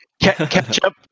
Ketchup